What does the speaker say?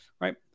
right